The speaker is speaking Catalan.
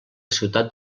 ciutat